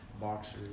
boxers